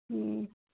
हु